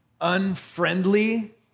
unfriendly